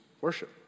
worship